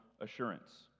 assurance